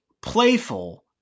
playful